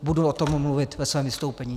Budu o tom mluvit ve svém vystoupení.